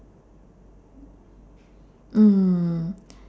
mm